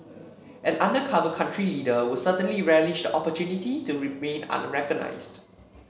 an undercover country leader would certainly relish the opportunity to remain unrecognised